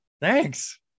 Thanks